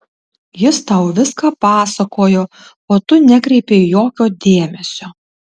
jis tau viską pasakojo o tu nekreipei jokio dėmesio